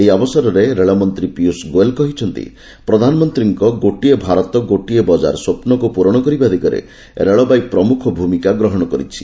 ଏହି ଅବସରରେ ରେଳ ମନ୍ତ୍ରୀ ପୀୟୁଷ ଗୋଏଲ କହିଛନ୍ତି ପ୍ରଧାନମନ୍ତ୍ରୀଙ୍କ 'ଗୋଟିଏ ଭାରତ ଗୋଟିଏ ବଜାର' ସ୍ୱପ୍ନକୁ ପୂରଣ କରିବା ଦିଗରେ ରେଳବାଇ ପ୍ରମୁଖ ଭୂମିକା ଗ୍ରହଣ କରିଛି